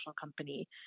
company